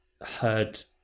heard